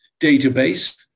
database